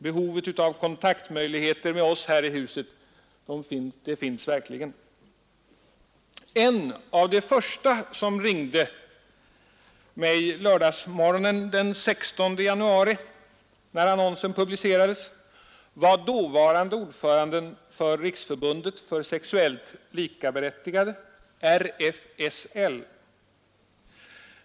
Behov av kontaktmöjligheter med oss här i huset finns det verkligen. En av de första som ringde mig lördagsmorgonen den 16 januari, när annonsen publicerades, var dåvarande ordföranden för Riksförbundet för sexuellt likaberättigande, RFSL.